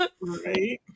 Right